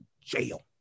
jail